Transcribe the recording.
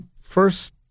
first